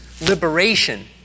liberation